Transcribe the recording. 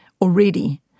already